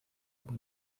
aber